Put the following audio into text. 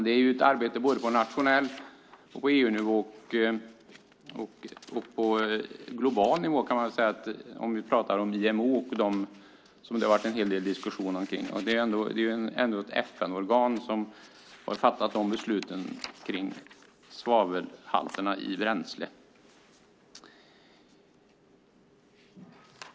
Det sker ett arbete på nationell nivå, på EU-nivå och också på global nivå när det gäller IMO som det varit en hel del diskussioner om. Det är ändå ett FN-organ som har fattat beslut om svavelhalterna i bränsle.